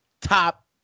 top